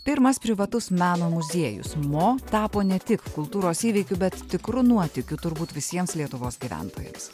pirmas privatus meno muziejus mo tapo ne tik kultūros įvykiu bet tikru nuotykiu turbūt visiems lietuvos gyventojams